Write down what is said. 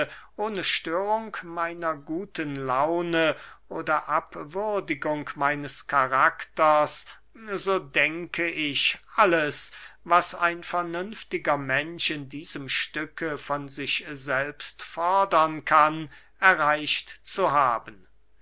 ohne störung meiner guten laune oder abwürdigung meines karakters so denke ich alles was ein vernünftiger mensch in diesem stücke von sich selbst fordern kann erreicht zu haben